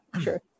sure